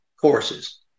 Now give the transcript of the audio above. courses